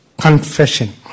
confession